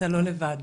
אתה/את לא לבד.